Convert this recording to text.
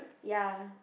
ya